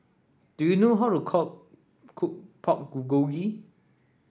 do you know how to cook Pork Bulgogi